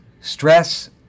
stress